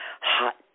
hot